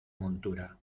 montura